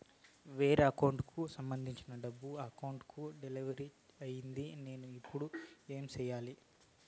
వేరే అకౌంట్ కు సంబంధించిన డబ్బు ఈ అకౌంట్ కు డెబిట్ అయింది నేను ఇప్పుడు ఏమి సేయాలి